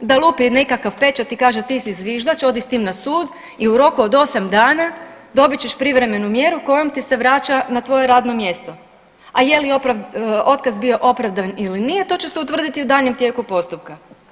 da lupi nekakav pečat i kaže ti si zviždač, odi s tim na sud i u roku od 8 dana dobit ćeš privremenu mjeru kojom ti se vraća na tvoje radno mjesto, a je li otkaz bio opravdan ili nije to će se utvrditi u daljnjem tijeku postupka.